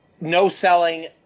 no-selling